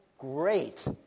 Great